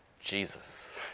Jesus